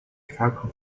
krakau